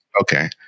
Okay